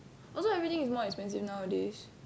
also everything is more expensive nowadays